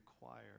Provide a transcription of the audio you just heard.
require